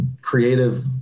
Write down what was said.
creative